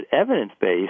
evidence-based